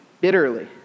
bitterly